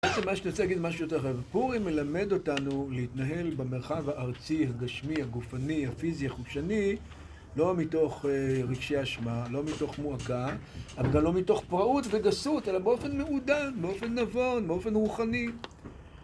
פורים מלמד אותנו להתנהל במרחב הארצי, הגשמי, הגופני, הפיזי, החושני לא מתוך רגשי אשמה, לא מתוך מועקה, אבל לא מתוך פרעות וגסות, אלא באופן מעודן, באופן נבון, באופן רוחני